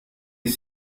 les